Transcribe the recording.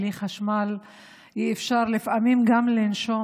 בלי חשמל אי-אפשר לפעמים גם לנשום,